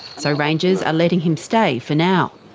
so rangers are letting him stay for now.